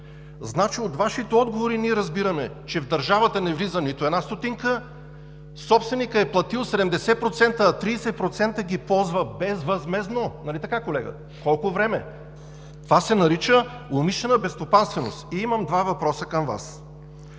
Значи от Вашите отговори ние разбираме, че в държавата не влиза нито една стотинка, собственикът е платил 70%, а 30% ползва безвъзмездно. Нали така, колега?! Колко време? Това се нарича „умишлена безстопанственост“. И имам два въпроса към Вас.